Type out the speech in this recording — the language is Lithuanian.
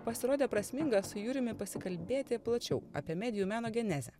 pasirodė prasminga su jurimi pasikalbėti plačiau apie medijų meno genezę